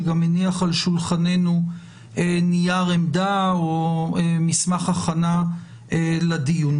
שגם הניח על שולחננו נייר עמדה או מסמך הכנה לדיון.